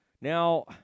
Now